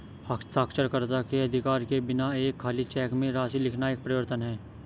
हस्ताक्षरकर्ता के अधिकार के बिना एक खाली चेक में राशि लिखना एक परिवर्तन है